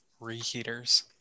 reheaters